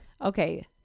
okay